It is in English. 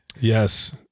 Yes